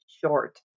short